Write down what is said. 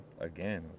again